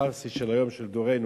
הפרסי של היום של דורנו,